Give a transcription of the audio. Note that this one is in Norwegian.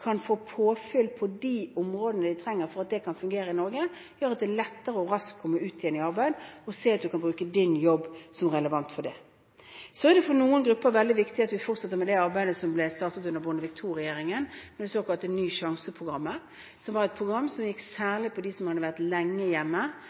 kan få påfyll på de områdene de trenger for at det kan fungere i Norge, gjør at de lettere og raskt kommer ut igjen i arbeid – og ser at de kan bruke sin jobb som relevant for det. Så er det for noen grupper veldig viktig at vi fortsetter med det arbeidet som ble startet under Bondevik II-regjeringen, det såkalte Ny sjanse-programmet. Det var et program som gikk